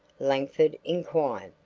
langford inquired.